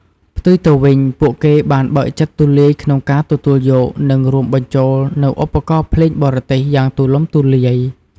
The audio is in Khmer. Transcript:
ផ្ទុយទៅវិញ ពួកគេបានបើកចិត្តទូលាយក្នុងការទទួលយក និងរួមបញ្ចូលនូវ ឧបករណ៍ភ្លេងបរទេស យ៉ាងទូលំទូលាយ។